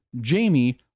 Jamie